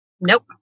Nope